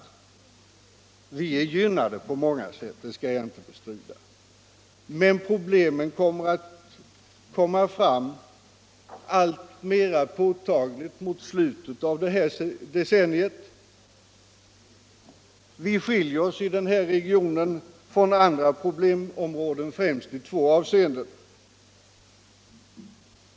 Jag bestrider inte att vi är gynnade på många sätt, men problemen kom mer att bli alltmera påtagliga mot slutet av detta decennium. I Stockholmsregionen skiljer vi oss från andra problemområden främst i två avseenden.